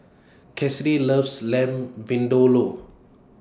Kassidy loves Lamb Vindaloo